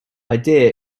idea